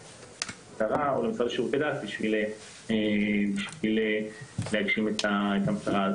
למשטרה ולמשרד לשירותי דת סמכויות כדי להגשים את המטרה.